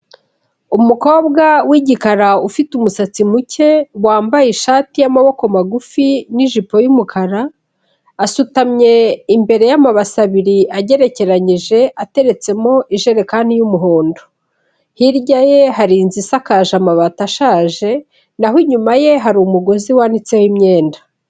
Umukobwa w'igikara ufite umusatsi muke, wambaye ishati y'amaboko magufi n'ijipo y'umukara, asutamye imbere y'amabase abiri agerekeranyije ateretsemo ijerekani y'umuhondo, hirya ye hari inzu isakaje amabati ashaje, naho inyuma ye hari umugozi wanitseho imyenda.